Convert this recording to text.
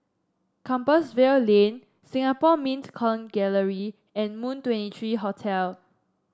Compassvale Lane Singapore Mint Coin Gallery and Moon Twenty three Hotel